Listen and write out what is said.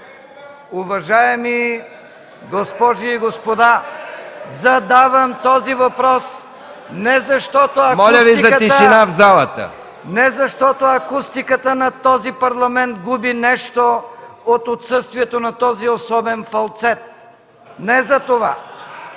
Уважаеми госпожи и господа, задавам този въпрос, не защото акустиката на Парламента губи нещо от отсъствието на този особен фалцет – не за това.